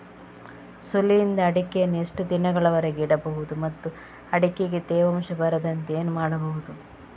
ಸುಲಿಯದ ಅಡಿಕೆಯನ್ನು ಎಷ್ಟು ದಿನಗಳವರೆಗೆ ಇಡಬಹುದು ಮತ್ತು ಅಡಿಕೆಗೆ ತೇವಾಂಶ ಬರದಂತೆ ಏನು ಮಾಡಬಹುದು?